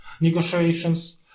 negotiations